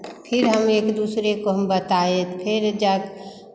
फिर हम एक दूसरे को हम बताए तो फिर जा कर